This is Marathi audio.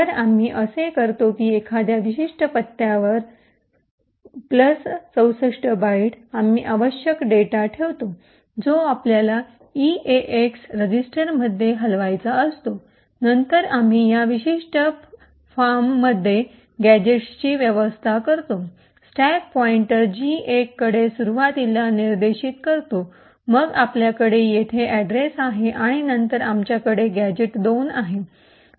तर आम्ही असे करतो की एखाद्या विशिष्ट पत्त्यावर 64 बाइट आम्ही आवश्यक डेटा ठेवतो जो आपल्याला ईएएक्स रजिस्टरमध्ये हलवायचा असतो नंतर आम्ही या विशिष्ट फॉर्ममध्ये गॅझेटची व्यवस्था करतो स्टॅक पॉइंटर जी 1 कडे सुरुवातीला निर्देशित करतो मग आपल्याकडे येथे अड्रेस आहे आणि नंतर आमच्याकडे गॅझेट 2 आहे